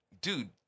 dude